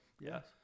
yes